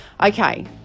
Okay